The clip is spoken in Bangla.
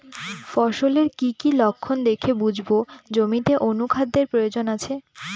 ফসলের কি কি লক্ষণ দেখে বুঝব জমিতে অনুখাদ্যের প্রয়োজন আছে?